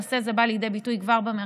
נושא זה בא לידי ביטוי כבר במכרז,